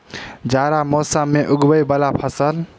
जाड़ा मौसम मे उगवय वला फसल?